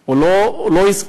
הוא לא הזכיר,